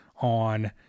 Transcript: on